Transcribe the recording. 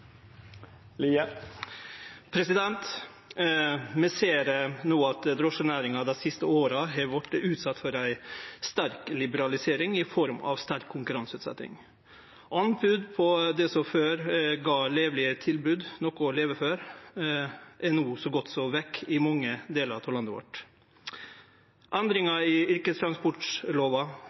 Vi ser no at drosjenæringa dei siste åra har vorte utsett for ei sterk liberalisering i form av sterk konkurranseutsetjing. Anbod på det som før gav levelege tilbod, noko å leve for, er no så godt som vekk i mange delar av landet vårt. Endringa i yrkestransportlova